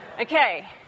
Okay